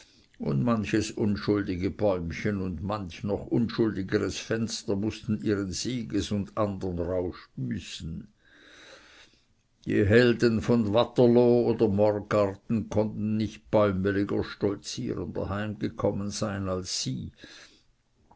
und manches unschuldige bäumchen und manch noch unschuldigeres fenster mußten ihren sieges und andern rausch büßen die helden von waterloo oder morgarten konnten nicht bäumeliger heimgekommen sein als sie